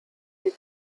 die